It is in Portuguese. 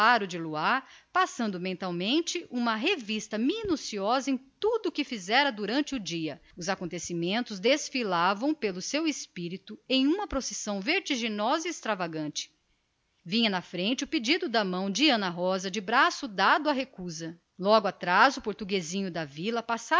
afogado em luar passando mentalmente revista ao que fizera durante o dia os acontecimentos desfilaram no seu espírito em uma procissão vertiginosa e extravagante vinha na frente o pedido da mão de ana rosa de braço dado à recusa logo atrás o portuguesinho da vila passava